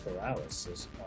paralysis